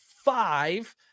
five